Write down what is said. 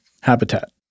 habitat